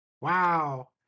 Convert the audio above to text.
Wow